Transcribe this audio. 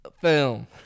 film